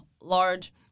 large